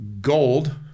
gold